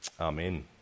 Amen